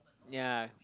ya